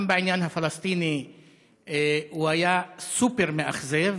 גם בעניין הפלסטיני הוא היה סופר-מאכזב.